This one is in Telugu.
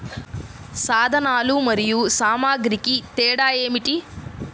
సాధనాలు మరియు సామాగ్రికి తేడా ఏమిటి?